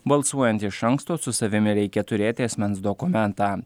balsuojant iš anksto su savimi reikia turėti asmens dokumentą